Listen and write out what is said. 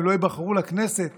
הם לא ייבחרו לכנסת